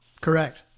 Correct